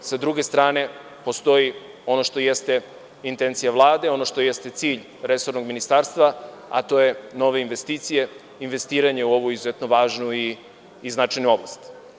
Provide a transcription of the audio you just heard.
S druge strane, postoji ono što jeste intencija Vlade, ono što jeste cilj resornog ministarstva, a to su nove investicije, investiranje u ovu izuzetno važnu i značajnu oblast.